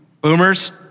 Boomers